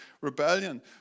rebellion